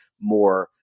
more